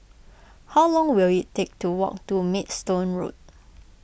how long will it take to walk to Maidstone Road